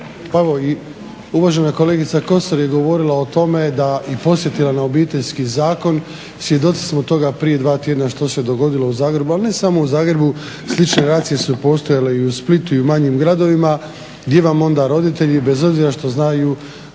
utjecati. Uvažena kolegica Kosor je govorila o tome i podsjetila na Obiteljski zakon, svjedoci smo toga prije dva tjedna što se dogodilo u Zagrebu. Ali, ne samo u Zagrebu, slične reakcije su postojale i u Splitu i u manjim gradovima gdje vam onda roditelji bez obzira što znaju